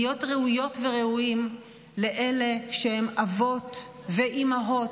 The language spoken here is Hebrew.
ולהיות ראויות וראויים לאלה שהם אבות ואימהות